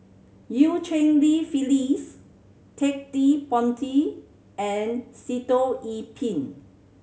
Eu Cheng Li Phyllis Ted De Ponti and Sitoh Yih Pin